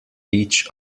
each